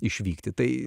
išvykti tai